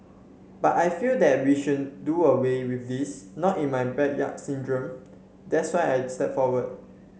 but I feel that we should do away with this not in my backyard syndrome that's why I stepped forward